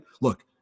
look